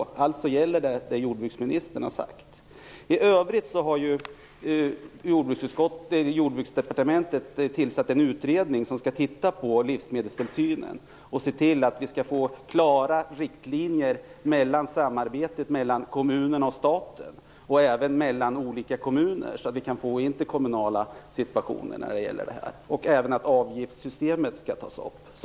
Alltså gäller det som jordbruksministern har sagt. Jordbruksdepartementet har ju tillsatt en utredning som skall titta närmare på livsmedelstillsynen och se till att vi får klara riktlinjer för samarbetet mellan kommunerna och staten och även för samarbetet mellan olika kommuner. Även avgiftssystemet skall tas upp.